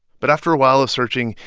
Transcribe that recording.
but after a while of searching,